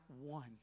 one